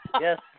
Yes